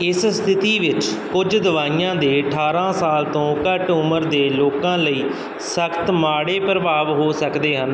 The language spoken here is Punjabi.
ਇਸ ਸਥਿਤੀ ਵਿੱਚ ਕੁੱਝ ਦਵਾਈਆਂ ਦੇ ਅਠਾਰ੍ਹਾਂ ਸਾਲ ਤੋਂ ਘੱਟ ਉਮਰ ਦੇ ਲੋਕਾਂ ਲਈ ਸਖ਼ਤ ਮਾੜੇ ਪ੍ਰਭਾਵ ਹੋ ਸਕਦੇ ਹਨ